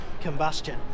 combustion